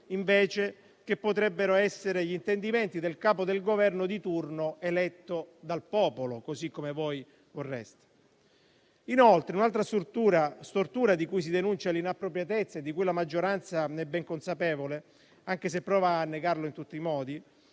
invece, potrebbero essere gli intendimenti del Capo del Governo di turno eletto dal popolo, così come voi vorreste. Inoltre, un'altra stortura di cui si denuncia l'inappropriatezza e di cui la maggioranza è ben consapevole, anche se prova a negarlo in tutti i modi,